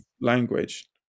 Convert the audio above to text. language